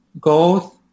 go